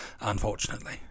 unfortunately